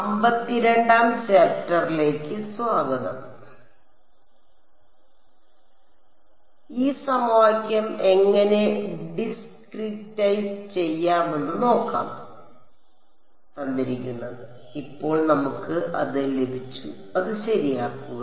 അതിനാൽ ഈ സമവാക്യം എങ്ങനെ ഡിസ്ക്രിറ്റൈസ് ചെയ്യാമെന്ന് നോക്കാം ഇപ്പോൾ നമുക്ക് അത് ലഭിച്ചു അത് ശരിയാക്കുക